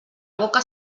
boca